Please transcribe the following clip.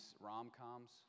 rom-coms